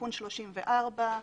תיקון 34,